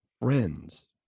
friends